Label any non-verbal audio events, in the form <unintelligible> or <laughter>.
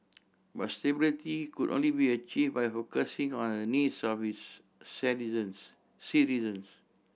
but stability could only be achieve by focusing on the needs of its <unintelligible> citizens